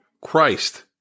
Christ